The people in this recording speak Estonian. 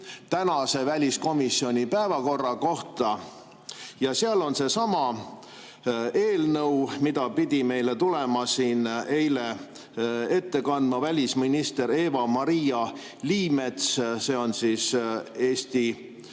tänase väliskomisjoni päevakorra kohta ja seal on seesama eelnõu, mida pidi meile tulema siin eile ette kandma välisminister Eva-Maria Liimets. See on Eesti